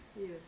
Yes